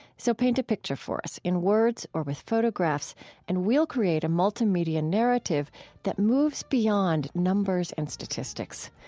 so, paint a picture for us in words or with photographs and we'll create a multimedia narrative that moves beyond numbers and statistics.